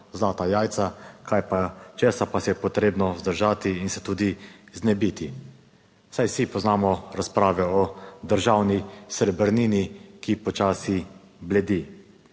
zlata jajca, česa pa se je potrebno vzdržati in se tudi znebiti. Saj vsi poznamo razprave o državni srebrnini, ki počasi bledi.